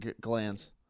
glands